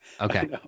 Okay